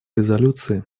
резолюции